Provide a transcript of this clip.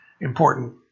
important